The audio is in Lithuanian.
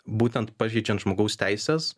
būtent pažeidžiant žmogaus teises